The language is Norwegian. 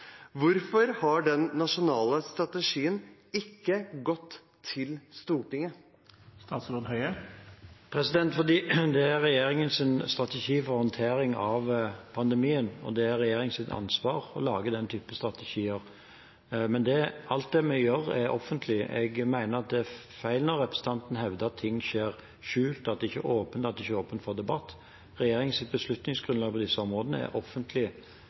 Hvorfor har den nasjonale strategien ikke gått til Stortinget? Fordi det er regjeringens strategi for håndtering av pandemien, og det er regjeringens ansvar å lage den typen strategier. Men alt vi gjør, er offentlig. Jeg mener det er feil når representanten hevder at ting skjer skjult, at det ikke er åpent, og at det ikke er åpent for debatt. Regjeringens beslutningsgrunnlag på disse områdene er offentlig,